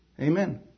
Amen